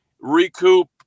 recoup